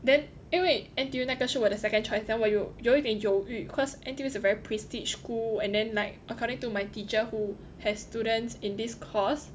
then eh wait N_T_U 那个是我的 second choice then 我有有一点犹豫 cause N_T_U is a very prestige school and then like according to my teacher who has students in this course